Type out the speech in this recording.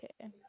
okay